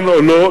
כן או לא,